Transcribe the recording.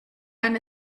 dann